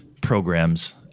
programs